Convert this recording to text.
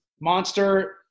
Monster